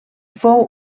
fou